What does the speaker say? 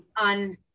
on